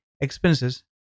expenses